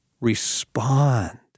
respond